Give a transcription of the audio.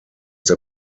der